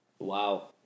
Wow